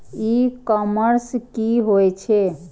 ई commerce की होए छै?